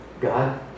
God